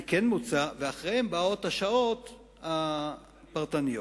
ואחריהן באות השעות הפרטניות.